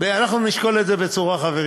אנחנו נשקול את זה בצורה חברית.